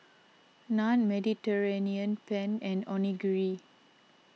Naan Mediterranean Penne and Onigiri